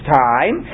time